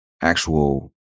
actual